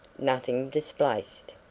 nothing displaced.